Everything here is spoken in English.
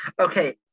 Okay